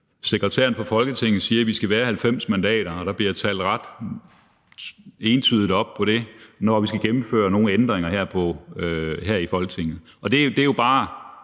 sekretæren for Folketinget siger, at vi skal være 90 mandater, og at der bliver talt ret omhyggeligt op på det, når vi skal gennemføre nogle ændringer her i Folketinget. Det er jo bare